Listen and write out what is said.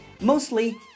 Mostly